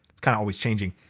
it's kinda always changing.